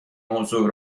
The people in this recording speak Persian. موضوع